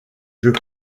jeux